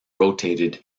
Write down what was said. rotated